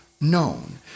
known